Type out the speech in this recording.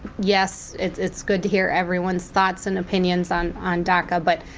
yes, it's it's good to hear everyone's thoughts and opinions on on daca, but